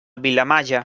vilamalla